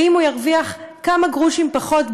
ואם הוא ירוויח כמה גרושים פחות,